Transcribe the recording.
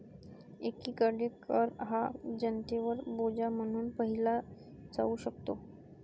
एकीकडे कर हा जनतेवर बोजा म्हणून पाहिला जाऊ शकतो